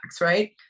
right